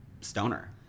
stoner